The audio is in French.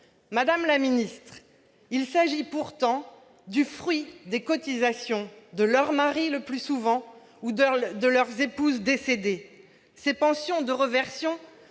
Madame la ministre, il s'agit pourtant du fruit des cotisations de leurs maris le plus souvent, ou de leurs épouses décédées. Ces pensions de réversion